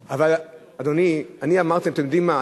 אבל, אדוני, אני אמרתי להם: אתם יודעים מה?